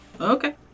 Okay